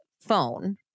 phone